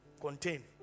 contain